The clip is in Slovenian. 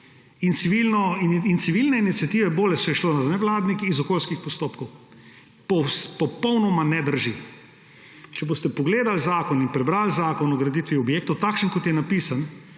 in civilne iniciative, bolj je šlo za nevladnike, iz okoljskih postopkov. To popolnoma ne drži. Če boste pogledali in prebrali zakon o graditvi objektov, takšen kot je napisan,